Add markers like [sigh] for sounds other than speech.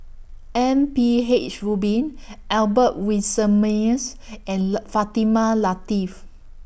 M P H Rubin Albert Winsemius and [unintelligible] Fatimah Lateef